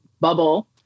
bubble